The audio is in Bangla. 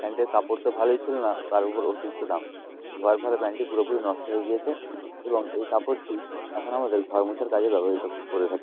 প্যান্টের কাপড় তো ভালোই ছিলো না তার ওপর অতিরিক্ত দাম ধোয়ার ফরে প্যান্টটি পুরোপুরি নষ্ট হয়ে গিয়েছে এবং এই কাপড়টি এখন আমাদের ঘর মোছার কাজে ব্যবহৃত করে থাকি